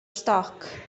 stoc